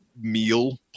meal